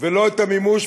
ולא את המימוש,